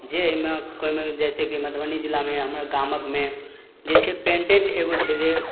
जे एहिमे कोइ महक जैसे की मधुबनी जिलामे हमर गाममे जे छै पेन्टेड एगो छै जे